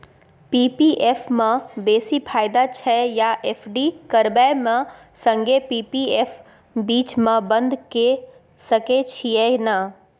P P F म बेसी फायदा छै या एफ.डी करबै म संगे पी.पी एफ बीच म बन्द के सके छियै न?